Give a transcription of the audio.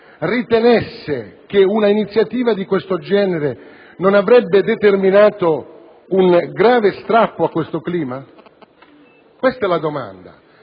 ritenesse che un'iniziativa di questo genere non avrebbe determinato un grave strappo a tale clima? Questa è la domanda.